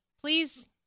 Please